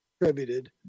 contributed